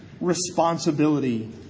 responsibility